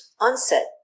onset